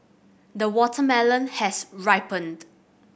the watermelon has ripened